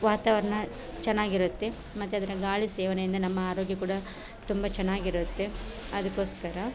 ವಾತವರಣ ಚೆನ್ನಾಗಿರುತ್ತೆ ಮತ್ತು ಅದರ ಗಾಳಿ ಸೇವನೆಯಿಂದ ನಮ್ಮ ಆರೋಗ್ಯ ಕೂಡ ತುಂಬ ಚೆನ್ನಾಗಿರುತ್ತೆ ಅದಕ್ಕೋಸ್ಕರ